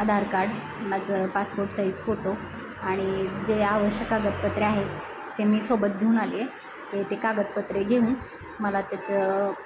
आधार card माझं passport size photo आणि जे आवश्यक कागदपत्रे आहेत ते मी सोबत घेऊन आलेय ते ते कागदपत्रे घेऊन मला त्याचं